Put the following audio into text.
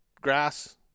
grass